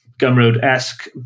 Gumroad-esque